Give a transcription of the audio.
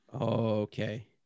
Okay